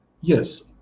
Yes